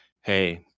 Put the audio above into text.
hey